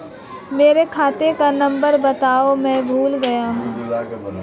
मेरे खाते का नंबर बताओ मैं भूल गया हूं